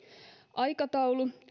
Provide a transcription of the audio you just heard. aikataulu